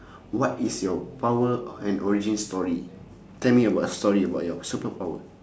what is your power and origin story tell me about a story about your superpower